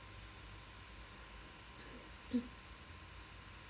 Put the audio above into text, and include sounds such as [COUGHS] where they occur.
[COUGHS]